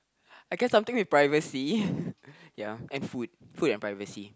I guess something with privacy ya and food food and privacy